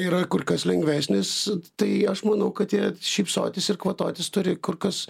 yra kur kas lengvesnis tai aš manau kad jie šypsotis ir kvatotis turi kur kas